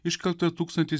iškelta tūkstantis